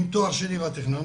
עם תואר שני מהטכניון,